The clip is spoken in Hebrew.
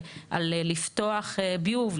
על לפתוח ביוב,